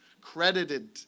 credited